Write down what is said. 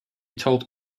told